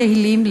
" בתהלים,